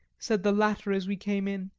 said the latter as we came in.